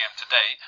today